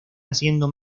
haciendo